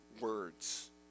words